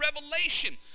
revelation